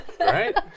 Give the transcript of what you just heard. right